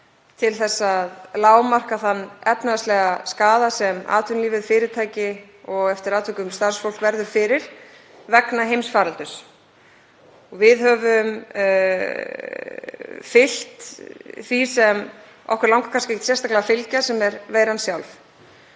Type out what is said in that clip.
til að lágmarka þann efnahagslega skaða sem atvinnulífið, fyrirtæki og eftir atvikum starfsfólk verður fyrir vegna heimsfaraldursins. Við höfum fylgt því sem okkur langar ekkert sérstaklega að fylgja, sem er veiran sjálf.